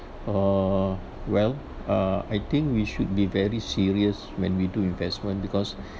uh well uh I think we should be very serious when we do investment because